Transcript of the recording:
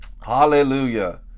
Hallelujah